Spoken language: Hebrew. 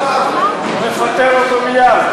נפטר אותו מייד.